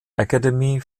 academy